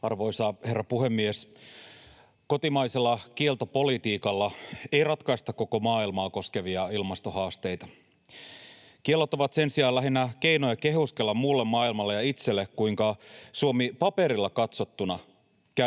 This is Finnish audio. Arvoisa herra puhemies! Kotimaisella kieltopolitiikalla ei ratkaista koko maailmaa koskevia ilmastohaasteita. Kiellot ovat sen sijaan lähinnä keinoja kehuskella muulle maailmalle ja itselle, kuinka Suomi paperilla katsottuna